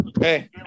hey